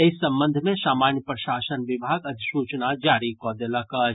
एहि संबंध मे सामान्य प्रशासन विभाग अधिसूचना जारी कऽ देलक अछि